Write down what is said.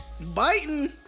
biting